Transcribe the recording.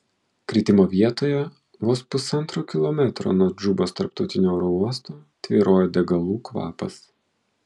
kritimo vietoje vos pusantro kilometro nuo džubos tarptautinio oro uosto tvyrojo degalų kvapas